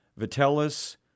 Vitellus